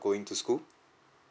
going to school